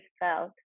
felt